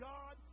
God